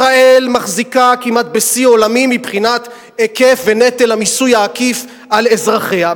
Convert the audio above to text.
ישראל מחזיקה כמעט בשיא עולמי מבחינת היקף ונטל המיסוי העקיף על אזרחיה.